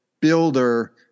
builder